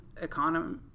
economy